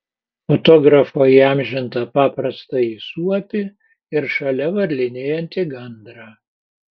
fotografo įamžintą paprastąjį suopį ir šalia varlinėjantį gandrą